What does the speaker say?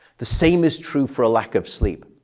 the same is true for a lack of sleep.